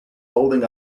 holding